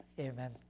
Amen